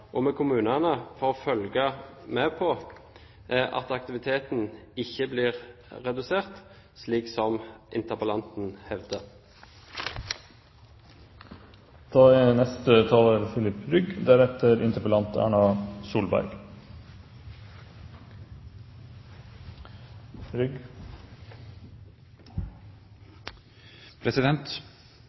med kommunene for å følge med på at aktiviteten ikke blir redusert, slik som interpellanten hevder. Det er